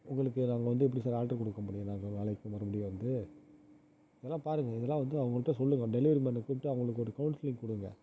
உங்களுக்கு நாங்கள் வந்து எப்படி சார் ஆர்டர் கொடுக்க முடியும் நாங்கள் நாளைக்கு மறுபடியும் வந்து நல்லா பாருங்கள் இதெல்லாம் வந்து அவங்கள்ட்ட சொல்லுங்கள் டெலிவரி மேனை கூப்பிட்டு அவங்களுக்கு ஒரு கவுன்சிலிங் கொடுங்க